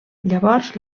llavors